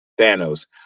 Thanos